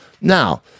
Now